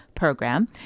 program